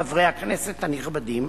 חברי הכנסת הנכבדים,